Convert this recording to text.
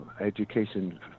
education